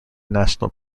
national